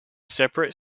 separate